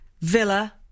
Villa